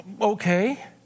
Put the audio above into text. okay